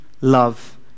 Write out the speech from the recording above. love